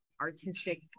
artistic